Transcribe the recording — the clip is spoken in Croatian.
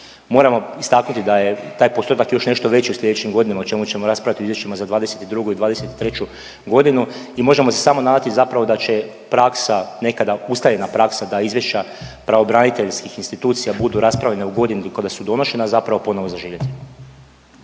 Moramo istaknuti da je taj postotak još nešto veći u sljedećim godinama o čemu ćemo raspravljati o izvješćima za '22. i '23.g. i možemo se samo nadati da će praksa nekada ustaljena praksa da izvješća pravobraniteljskih institucija budu raspravljena u godini kada su donošena zapravo ponovo zaživjeti.